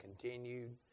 continued